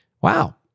wow